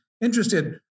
interested